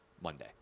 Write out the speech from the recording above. Monday